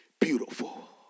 beautiful